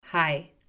Hi